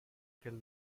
kill